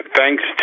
thanks